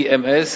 EMS,